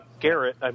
Garrett